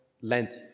Lent